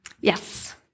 Yes